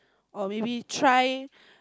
or maybe try